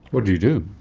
what do you do?